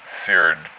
seared